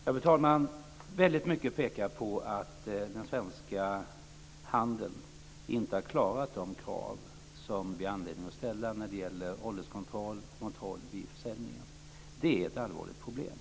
Fru talman! Väldigt mycket pekar på att den svenska handeln inte har klarat de krav som vi har anledning att ställa när det gäller ålderskontroll vid försäljning. Det är ett allvarligt problem.